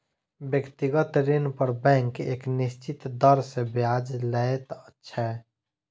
व्यक्तिगत ऋण पर बैंक एक निश्चित दर सॅ ब्याज लैत छै